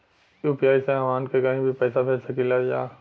UPI से हमहन के कहीं भी पैसा भेज सकीला जा?